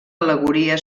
al·legoria